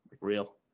real